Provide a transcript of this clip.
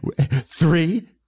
Three